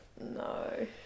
No